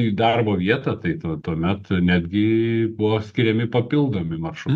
į darbo vietą tai tuomet netgi buvo skiriami papildomi maršru